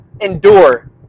endure